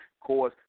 cause